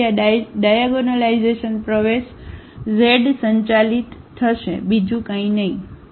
તેથી આ ડાયાગોનલાઇઝેશન પ્રવેશઝ સંચાલિત થશે બીજું કંઇ નહીં